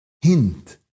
hint